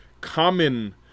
common